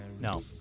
No